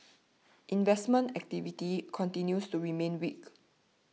investment activity continues to remain weak